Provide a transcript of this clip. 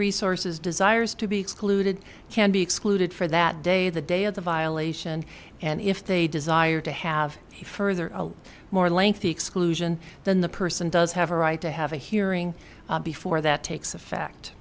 resources desires to be excluded can be excluded for that day the day of the violation and if they desire to have a further more lengthy exclusion than the person does have a right to have a hearing before that takes effect